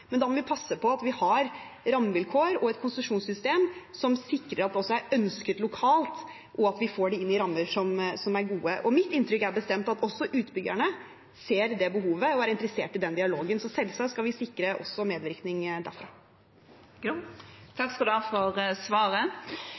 Men da må vi passe på at vi har rammevilkår og et konsesjonssystem som sikrer at det er ønsket lokalt, og at vi får det inn i rammer som er gode. Mitt inntrykk er bestemt at også utbyggerne ser det behovet og er interessert i den dialogen. Selvsagt skal vi sikre medvirkning også derfra. Takk